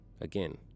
again